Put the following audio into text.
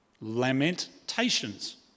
lamentations